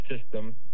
system